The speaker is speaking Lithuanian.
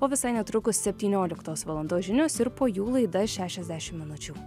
o visai netrukus septynioliktos valandos žinios ir po jų laida šešiasdešim minučių